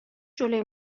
جلوی